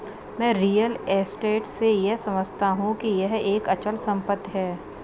मैं real estate से यह समझता हूं कि यह एक अचल संपत्ति है